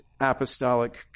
apostolic